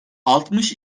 altmış